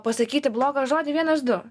pasakyti blogą žodį vienas du